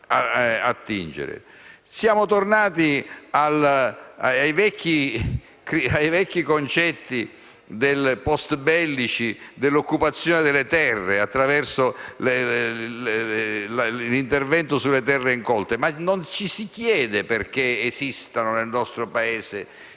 Siamo tornati ai vecchi concetti postbellici dell'occupazione delle terre, attraverso l'intervento sulle terre incolte. Non ci si chiede, però, perché esistano ancora, nel nostro Paese, terre